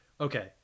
okay